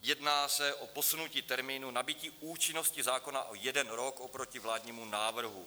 Jedná se o posunutí termínu nabytí účinnosti zákona o jeden rok oproti vládnímu návrhu.